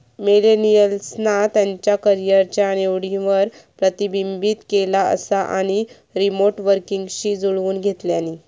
मिलेनियल्सना त्यांच्या करीयरच्या निवडींवर प्रतिबिंबित केला असा आणि रीमोट वर्कींगशी जुळवुन घेतल्यानी